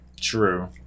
True